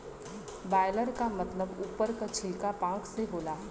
broiler क मतलब उप्पर के छिलका पांख से होला